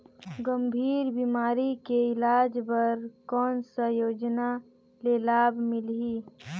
गंभीर बीमारी के इलाज बर कौन सा योजना ले लाभ मिलही?